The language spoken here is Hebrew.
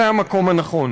זה המקום הנכון.